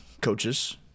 coaches